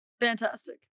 fantastic